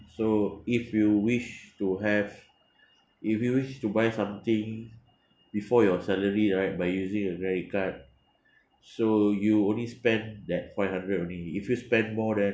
so if you wish to have if you wish to buy something before your salary right by using a credit card so you only spend that five hundred only if you spend more than